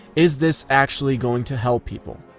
is this actually going to help people?